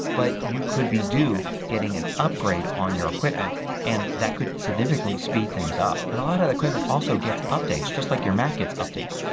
but you could be due getting an upgrade on your equipment and that could significantly speed things up. and a lot of the equipment also gets updates just like your mac gets updates.